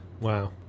Wow